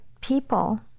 people